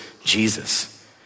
Jesus